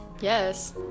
Yes